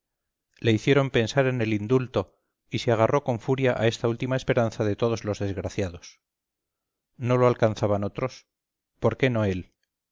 le hicieron pensar en el indulto y se agarró con furia a esta última esperanza de todos los desgraciados no lo alcanzaban otros por qué no él